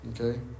Okay